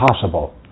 possible